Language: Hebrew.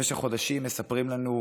במשך חודשים מספרים לנו,